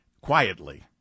quietly